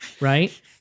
Right